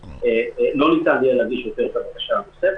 לא ניתן יהיה להגיש יותר בקשה נוספת.